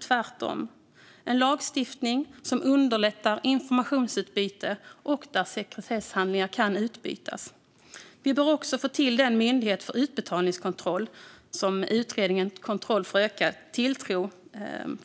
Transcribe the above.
Det handlar om en lagstiftning som underlättar informationsutbyte och som tillåter att sekretesshandlingar kan utbytas. Vi bör också få till den myndighet för utbetalningskontroll som föreslås i utredningen Kontroll för ökad tilltro .